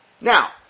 Now